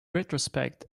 retrospect